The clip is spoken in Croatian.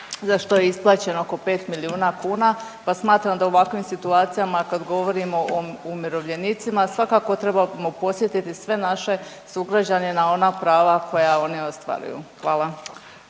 za što je isplaćeno oko 5 miliona kuna pa smatram da u ovakvim situacijama kad govorimo o umirovljenicima svakako trebamo podsjetiti sve naše sugrađane na ona prava koja oni ostvaruju. Hvala.